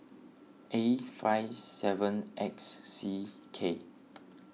A five seven X C K